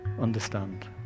understand